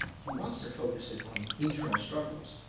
he wants to focus it on internal struggles.